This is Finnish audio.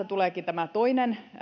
tuleekin tämä toinen